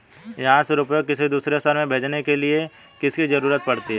यहाँ से रुपये किसी दूसरे शहर में भेजने के लिए किसकी जरूरत पड़ती है?